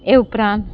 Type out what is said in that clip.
એ ઉપરાંત